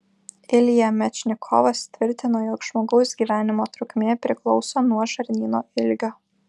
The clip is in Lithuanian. ilja mečnikovas tvirtino jog žmogaus gyvenimo trukmė priklauso nuo žarnyno ilgio